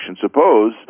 Suppose